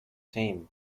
team